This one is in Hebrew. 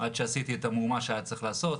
עד שעשיתי את המהומה שהיה צריך לעשות,